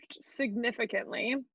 significantly